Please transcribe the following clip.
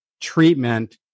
treatment